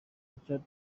richard